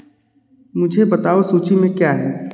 मुझे बताओ सूची में क्या है